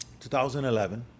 2011